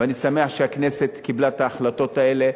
ואני שמח שהכנסת קיבלה את ההחלטות האלה.